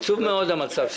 עצוב מאוד המצב.